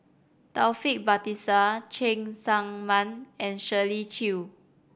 Taufik Batisah Cheng Tsang Man and Shirley Chew